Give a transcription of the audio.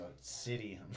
city